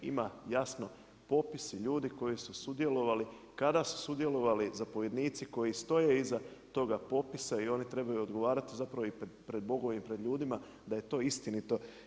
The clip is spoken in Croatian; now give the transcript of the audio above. Ima jasno popisi ljudi koji su sudjelovali, kada su sudjelovali zapovjednici koji stoje iza toga popisa i oni trebaju odgovarati zapravo i pred Bogom i pred ljudima da je to istinito.